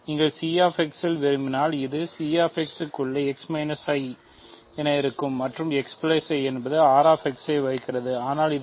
நீங்கள் Cx இல் விரும்பினால் இது